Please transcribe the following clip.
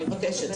אני מבקשת,